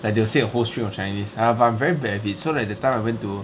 like they'll say a whole string of chinese ah but I'm very bad at it so like that time when I went to